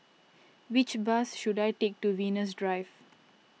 which bus should I take to Venus Drive